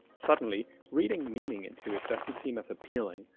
suddenly, reading meaning into it doesn't seem as appealing,